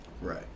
Right